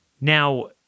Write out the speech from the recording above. Now